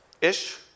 ish